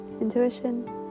Intuition